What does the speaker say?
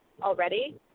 already